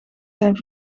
zijn